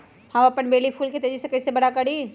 हम अपन बेली फुल के तेज़ी से बरा कईसे करी?